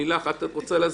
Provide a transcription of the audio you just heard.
לילך, את רוצה להסביר?